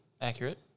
accurate